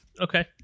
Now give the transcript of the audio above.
Okay